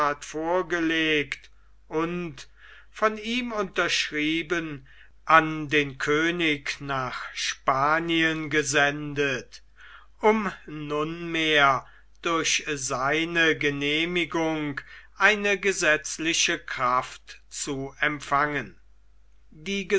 vorgelegt und von ihm unterschrieben an den könig nach spanien gesendet um nunmehr durch seine genehmigung eine gesetzliche kraft zu empfangen